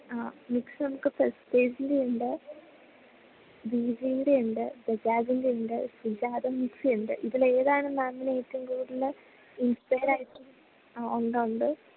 ആ മിക്സി നമുക്ക് പ്രസ്റ്റീജിൻ്റെയുണ്ട് പീജിയൻ്റെയുണ്ട് ബജാജിൻ്റെയുണ്ട് സുജാത മിക്സിയുണ്ട് ഇതിലേതാണ് മാമിന് ഏറ്റവും കൂടുതല് ഇൻസ്പെയറായിട്ട് ആ ഉണ്ട് ഉണ്ട്